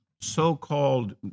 so-called